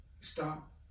stop